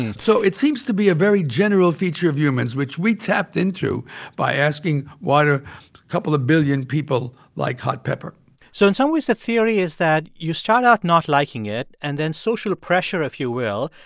and so it seems to be a very general feature of humans, which we tapped into by asking why the couple of billion people like hot pepper so in some ways, the theory is that you start out not liking it, and then social pressure, if you will,